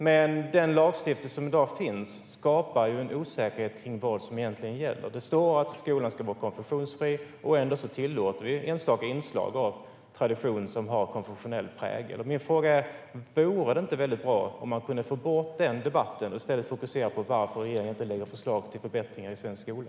Men den lagstiftning som finns i dag skapar en osäkerhet kring vad som egentligen gäller. Det står att skolan ska vara konfessionsfri, men ändå tillåter vi av tradition enstaka inslag som har konfessionell prägel. Min fråga är: Vore det inte väldigt bra om man kunde få bort den debatten och i stället fokusera på varför regeringen inte lägger förslag på förbättringar i svensk skola?